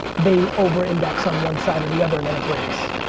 they over-index on one side or the other and then it breaks.